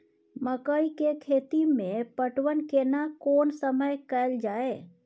मकई के खेती मे पटवन केना कोन समय कैल जाय?